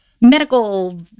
medical